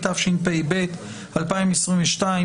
התשפ"ב-2022,